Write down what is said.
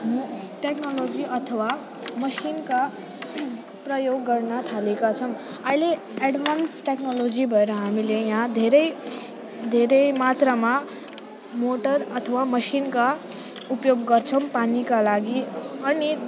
technology अथवा मसिनका प्रयोग गर्न थालेका छौँ अहिले एडभान्स टेक्नोलोजी भएर हामीले यहाँ धेरै धेरै मात्रामा मोटर अथवा मसिनका उपयोग गर्छौँ पानीका लागि अनि